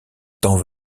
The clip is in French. temps